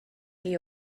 chi